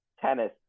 tennis